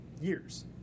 years